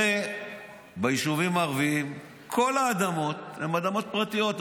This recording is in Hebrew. הרי ביישובים הערביים כל האדמות הן אדמות פרטיות,